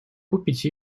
купить